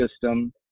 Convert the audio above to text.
system